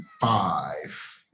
five